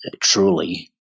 truly